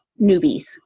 newbies